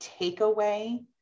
takeaway